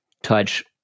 touch